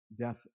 death